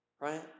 right